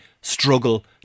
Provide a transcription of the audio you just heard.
struggle